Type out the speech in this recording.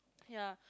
ya